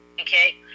okay